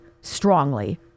strongly